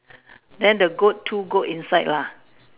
then the goat two goat inside lah